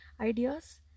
ideas